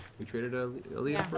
we traded ah liam